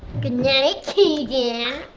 goodnight kaden.